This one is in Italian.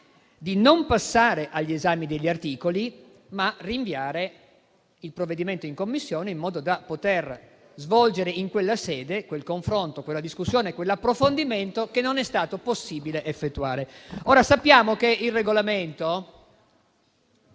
di non passare all'esame degli articoli, ma di rinviare il provvedimento in Commissione, in modo da poter svolgere in tale sede quel confronto, quella discussione, quell'approfondimento che non è stato possibile effettuare.